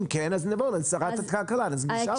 אם כן אז נבוא לשרת הכלכלה ונשאל.